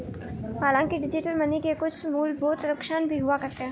हांलाकि digital money के कुछ मूलभूत नुकसान भी हुआ करते हैं